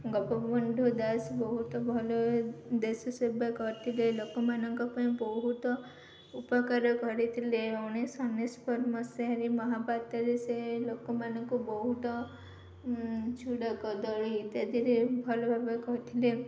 ଗୋପବନ୍ଧୁ ଦାସ ବହୁତ ଭଲ ଦେଶ ସେବା କରିଥିଲେ ଲୋକମାନଙ୍କ ପାଇଁ ବହୁତ ଉପକାର କରିଥିଲେ ଉଣେଇଶ ମସିହା କରର୍ମ ସେହାରୀ ମହାପାତରେୀ ସେ ଲୋକମାନଙ୍କୁ ବୋହୁତ ଛୁଡ଼ା କଦଳୀ ଇତ୍ୟାଦିରେ ଭଲ ଭାବେ କରିଥିଲେ